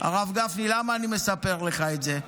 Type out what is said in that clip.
הרב גפני, למה אני מספר לך את זה?